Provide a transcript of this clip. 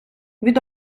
від